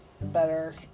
better